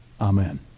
Amen